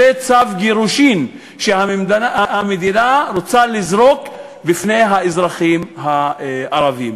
זה צו גירושין שהמדינה רוצה לזרוק בפני האזרחים הערבים,